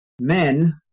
Men